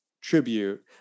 tribute